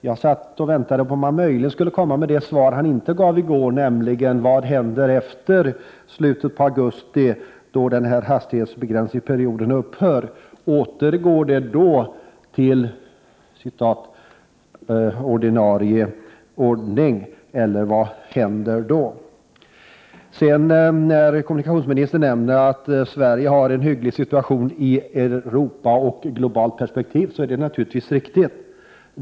Jag väntade på att han möjligen skulle komma med det svar som han inte gav i går, nämligen svar på frågan om vad som händer efter slutet av augusti, då den planerade hastighetsbegränsningsperioden upphör. Återgår allt till den gamla ordningen, eller vad är det som då händer? Kommunikationsministern sade att Sverige har en hygglig situation jämfört med Europa i övrigt och i ett globalt perspektiv. Detta är naturligtvis riktigt.